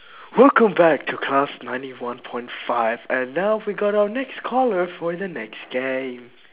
welcome back to class ninety one point five and now we got our next caller for the next game